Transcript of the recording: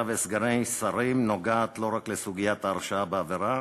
וסגני שרים נוגעת לא רק לסוגיית ההרשעה בעבירה